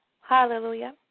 Hallelujah